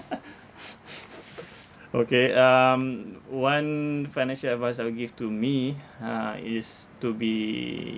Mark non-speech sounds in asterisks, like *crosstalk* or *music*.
*laughs* okay um one financial advice I will give to me uh is to be